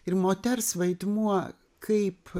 ir moters vaidmuo kaip